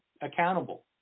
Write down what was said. accountable